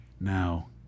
Now